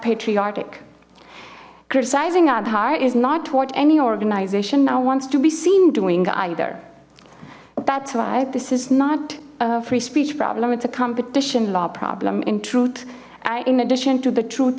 patriotic criticizing adha is not what any organization now wants to be seen doing either that's right this is not a free speech problem it's a competition law problem in truth in addition to the truth